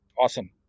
Awesome